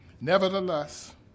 Nevertheless